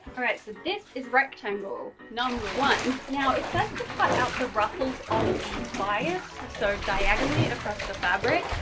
alright, so this is rectangle number one. now it says to cut out the ruffles on the bias, so diagonally across the fabric.